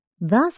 Thus